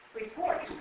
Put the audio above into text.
report